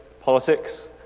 Politics